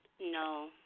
No